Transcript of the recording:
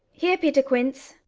here, peter quince.